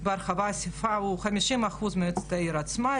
הרכב האספה הוא 50% מועצת העיר עצמה,